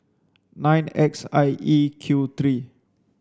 nine X I E Q three